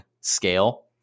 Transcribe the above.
scale